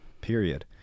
Period